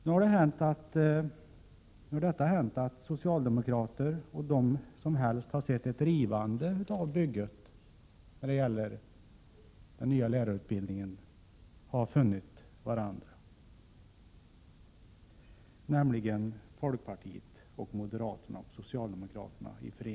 Nu har detta hänt: Socialdemokrater och de som helst hade sett ett rivande av bygget — den nya lärarutbildningen — har funnit varandra, nämligen folkpartiet, moderaterna och socialdemokraterna.